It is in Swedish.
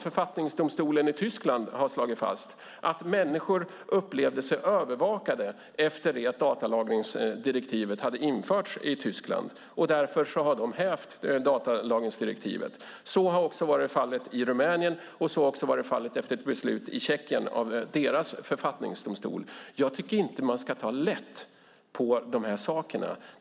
Författningsdomstolen i Tyskland har slagit fast att människor upplevde sig övervakade efter det att datalagringsdirektivet hade införts i Tyskland. Därför har de hävt datalagringsdirektivet. Så har också varit fallet i Rumänien och även i Tjeckien efter ett beslut av deras författningsdomstol. Jag tycker inte att man ska ta lätt på de här sakerna.